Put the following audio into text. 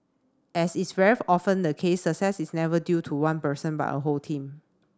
as is very often the case success is never due to one person but a whole team